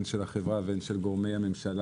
הן של החברה והן של גורמי הממשלה,